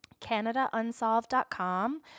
CanadaUnsolved.com